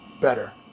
better